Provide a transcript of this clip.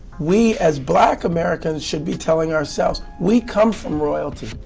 we as black americans should be telling ourselves, we come from royalty.